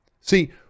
See